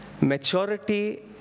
Maturity